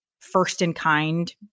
first-in-kind